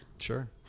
Sure